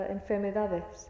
enfermedades